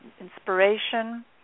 inspiration